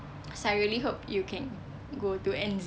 cause I really hope you can go to N_Z